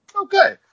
Okay